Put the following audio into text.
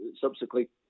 subsequently